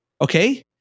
Okay